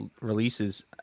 releases